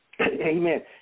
Amen